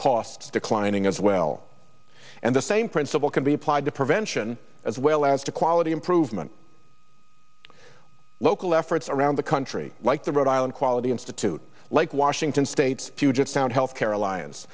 costs declining as well and the same principle can be applied to prevention as well as a quality improvement local efforts around the country like the rhode island quality institute like washington state's puget sound health care alliance